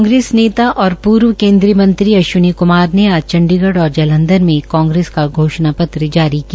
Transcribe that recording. कांग्रेस नेता और पूर्व केन्द्रीय मंत्री अश्विनी कुमार ने आज चंडीगढ़ और जालंधर में कांग्रेस का घोषणा पत्र जारी किया